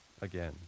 again